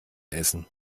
essen